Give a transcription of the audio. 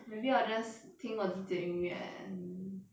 maybe I'll just 听我自己的音乐 and